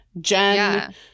jen